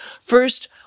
First